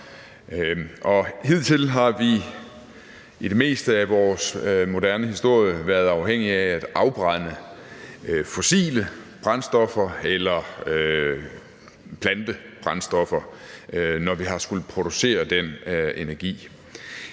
hidtil har vi i det meste af vores moderne historie været afhængige af at afbrænde fossile brændstoffer eller plantebrændstoffer, når vi har skullet producere den energi.